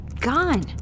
gone